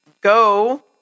go